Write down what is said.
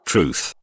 Truth